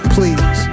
Please